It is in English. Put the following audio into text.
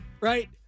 Right